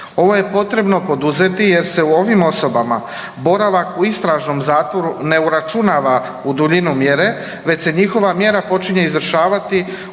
Ovo je potrebno poduzeti jer se ovim osobama boravak u istražnom zatvoru ne uračunava u duljinu mjere već se njihove mjera počinje izvršavati od